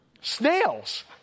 Snails